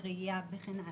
בראייה וכן הלאה.